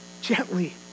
gently